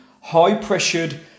high-pressured